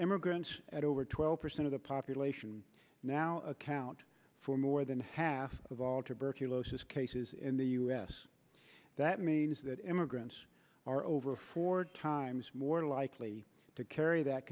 immigrants at over twelve percent of the population now account for more than half of all tuberculosis cases in the u s that means that immigrants are over four times more likely to carry that